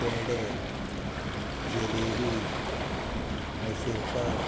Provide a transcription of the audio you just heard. पेडे जेलेबी मैसूरपाक